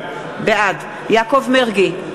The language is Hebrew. בעד יעקב מרגי,